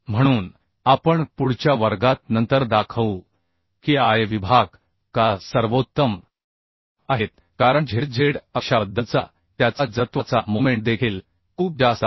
म्हणून आपण पुढच्या वर्गात नंतर दाखवू की I विभाग का सर्वोत्तम आहेत कारण zz अक्षाबद्दलचा त्याचा जडत्वाचा मोमेंट देखील खूप जास्त आहे